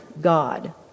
God